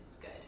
good